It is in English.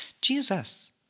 Jesus